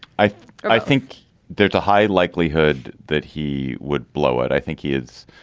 i i think there's a high likelihood that he would blow it. i think he is.